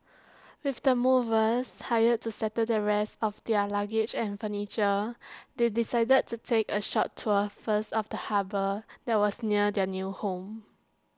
with the movers hired to settle the rest of their luggage and furniture they decided to take A short tour first of the harbour that was near their new home